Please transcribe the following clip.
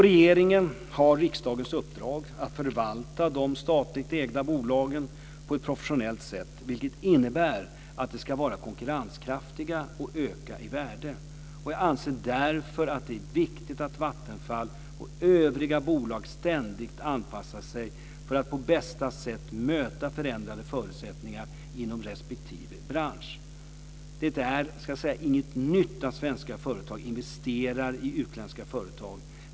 Regeringen har riksdagens uppdrag att förvalta de statligt ägda bolagen på ett professionellt sätt, vilket innebär att de ska vara konkurrenskraftiga och öka i värde. Jag anser därför att det är viktigt att Vattenfall och övriga bolag ständigt anpassar sig för att på bästa sätt möta förändrade förutsättningar inom respektive bransch. Det är inget nytt att svenska företag investerar i utländska företag.